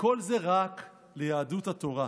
וכל זה, רק ליהדות התורה.